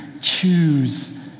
choose